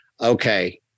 Okay